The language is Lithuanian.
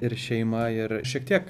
ir šeima ir šiek tiek